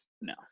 No